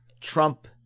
Trump